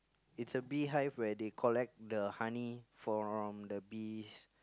it's a beehive where they collect the honey from the bees